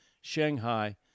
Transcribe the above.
Shanghai